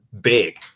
big